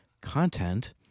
content